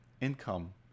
income